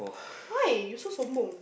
why you so